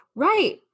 Right